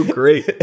great